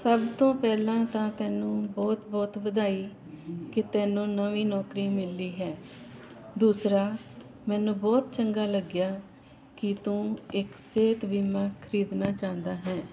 ਸਭ ਤੋਂ ਪਹਿਲਾਂ ਤਾਂ ਤੈਨੂੰ ਬਹੁਤ ਬਹੁਤ ਵਧਾਈ ਕਿ ਤੈਨੂੰ ਨਵੀਂ ਨੌਕਰੀ ਮਿਲੀ ਹੈ ਦੂਸਰਾ ਮੈਨੂੰ ਬਹੁਤ ਚੰਗਾ ਲੱਗਿਆ ਕਿ ਤੂੰ ਇੱਕ ਸਿਹਤ ਬੀਮਾ ਖਰੀਦਣਾ ਚਾਹੁੰਦਾ ਹੈ